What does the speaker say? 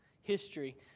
history